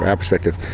perspective,